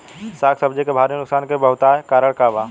साग सब्जी के भारी नुकसान के बहुतायत कारण का बा?